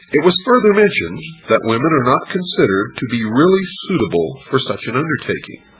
it was further mentioned that women are not considered to be really suitable for such an undertaking,